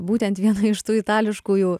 būtent viena iš tų itališkųjų